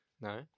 No